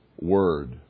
word